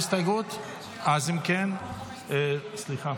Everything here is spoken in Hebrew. סליחה,